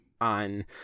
on